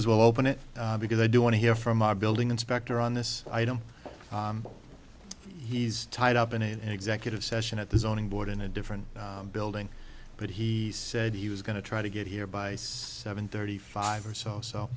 as well open it because i do want to hear from a building inspector on this item he's tied up in an executive session at the zoning board in a different building but he said he was going to try to get here by seven thirty five or so so